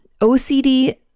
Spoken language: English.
ocd